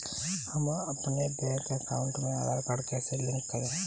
अपने bank account में Aadhaar card कैसे लिंक करें?